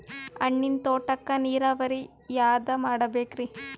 ಹಣ್ಣಿನ್ ತೋಟಕ್ಕ ನೀರಾವರಿ ಯಾದ ಮಾಡಬೇಕ್ರಿ?